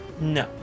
No